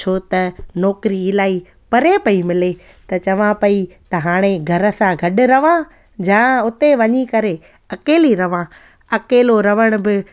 छो त नौकिरी इलाही परे पई मिले त चवां पई त हाणे घर सां गॾु रहिया जा उते वञी करे अकेली रहिया अकेलो रहण बि